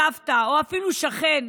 סבתא או אפילו שכן.